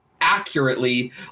accurately